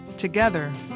Together